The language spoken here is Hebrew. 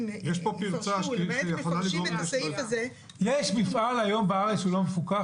מפרים את הסעיף הזה --- יש מפעל היום בארץ שלא מפוקח,